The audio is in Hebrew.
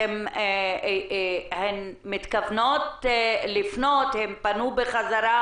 הן פנו בחזרה